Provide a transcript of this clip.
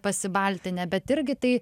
pasibaltinę bet irgi tai